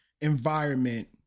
environment